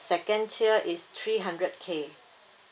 second tier is three hundred K